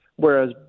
Whereas